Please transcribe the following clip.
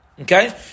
Okay